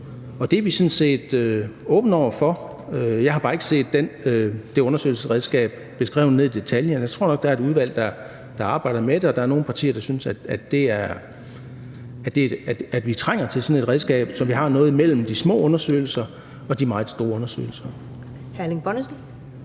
Det er vi sådan set åbne over for. Jeg har bare ikke set det undersøgelsesredskab beskrevet ned i detaljen. Jeg tror nok, at der er et udvalg, der arbejder med det, og der er nogle partier, der synes, at vi trænger til sådan et redskab, så vi har noget imellem de små undersøgelser og de meget store undersøgelser.